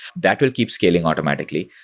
that will keep scaling automatically.